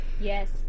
Yes